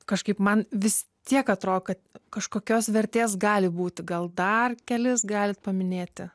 kažkaip man vis tiek atro kad kažkokios vertės gali būti gal dar kelis galit paminėti